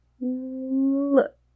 Look